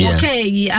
Okay